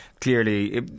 clearly